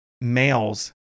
males